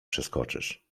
przeskoczysz